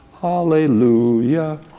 Hallelujah